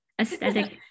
aesthetic